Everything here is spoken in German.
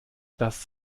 das